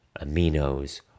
aminos